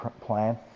plan